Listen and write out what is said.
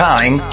Time